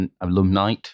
alumni